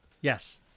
Yes